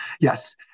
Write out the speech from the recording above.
Yes